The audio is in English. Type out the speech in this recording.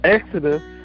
Exodus